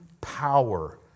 power